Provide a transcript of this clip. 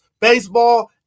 baseball